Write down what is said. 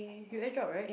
you air drop right